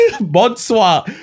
Bonsoir